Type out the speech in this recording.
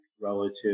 relative